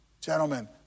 Gentlemen